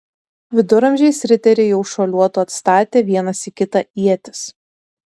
viduramžiais riteriai jau šuoliuotų atstatę vienas į kitą ietis